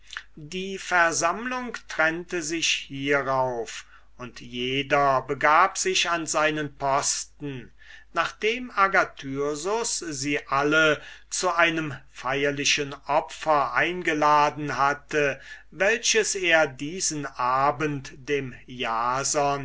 die versammlung trennte sich hierauf und jeder begab sich an seinen posten nachdem agathyrsus sie alle zu einem feierlichen opfer eingeladen hatte welches er diesen abend dem jason